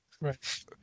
right